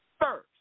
first